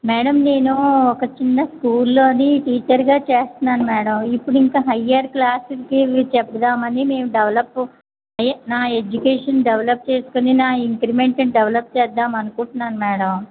madam నేను ఒక చిన్న స్కూల్లోని టీచర్గా చేస్తన్నాను మ్యాడం ఇప్పుడు ఇంక హయ్యర్ క్లాస్లకి ఇవి చెప్పుదామని మేము డెవలప్ అయి నా ఎడ్యుకేషన్ డెవలప్ చేసుకుని నా ఇంక్రిమెంట్ని డెవలప్ చేద్దామనుకుంటున్నాను మ్యాడం